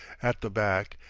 at the back,